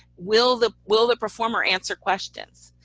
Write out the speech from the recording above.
will the will the performer answer questions?